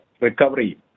recovery